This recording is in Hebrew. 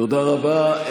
תודה רבה.